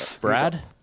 brad